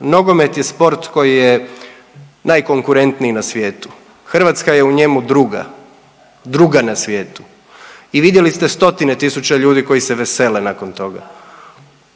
nogomet je sport koji je najkonkurentniji na svijetu. Hrvatska je u njemu druga, druga na svijetu i vidjeli ste stotine tisuća ljudi koji se vesele nakon toga.